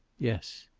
yes.